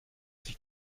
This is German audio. sich